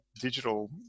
digital